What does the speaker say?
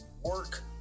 work